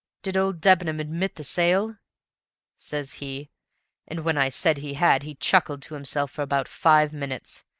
did old debenham admit the sale says he and when i said he had he chuckled to himself for about five minutes.